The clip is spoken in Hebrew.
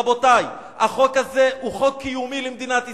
רבותי, החוק הזה הוא חוק קיומי למדינת ישראל,